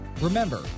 Remember